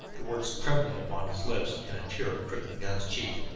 the words trembling upon his lips and a tear trickling down his cheek.